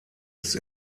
ist